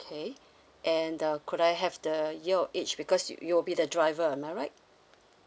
okay and uh could I have the year or age because you you will be the driver am I right